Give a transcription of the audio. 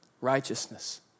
righteousness